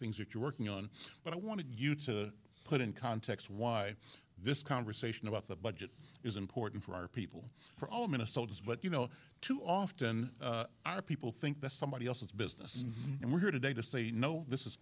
things that you're working on but i want to you to put in context why this conversation about the budget is important for our people for all minnesotans but you know too often our people think that somebody else's business and we're here today to say no this is